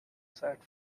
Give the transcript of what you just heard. sat